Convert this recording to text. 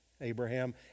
Abraham